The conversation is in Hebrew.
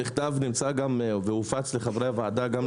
המכתב נמצא והופץ לחברי הוועדה גם לדיון הזה.